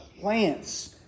plants